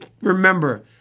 remember